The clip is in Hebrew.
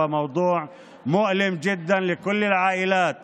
הוא נושא כואב מאוד לכל המשפחות